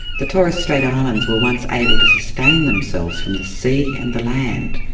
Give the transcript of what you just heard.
the torres strait islands were once able to sustain themselves from the sea and the land.